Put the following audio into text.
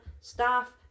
staff